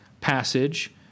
passage